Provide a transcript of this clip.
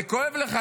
זה כואב לך,